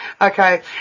Okay